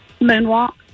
moonwalk